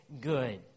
good